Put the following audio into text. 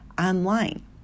online